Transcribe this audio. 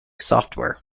software